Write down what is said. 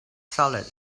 solid